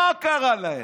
מה קרה להם?